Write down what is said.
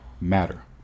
matter